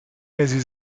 mesi